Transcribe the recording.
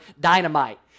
dynamite